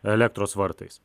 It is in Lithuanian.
elektros vartais